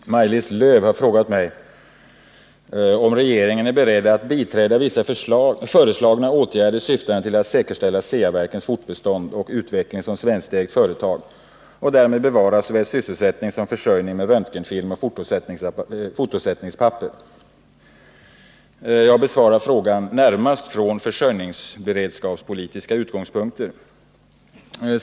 Herr talman! Maj-Lis Lööw har frågat mig om regeringen är beredd att biträda vissa föreslagna åtgärder syftande till att säkerställa Ceaverkens fortbestånd och utveckling som svenskägt företag och därmed bevara såväl sysselsättning som försörjning med röntgenfilm och fotosättningspapper. Jag besvarar frågan närmast från försörjningsberedskapspolitiska utgångspunkter.